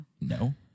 No